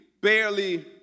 barely